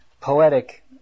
poetic